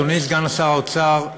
אדוני סגן שר האוצר,